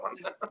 one